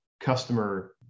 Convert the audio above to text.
customer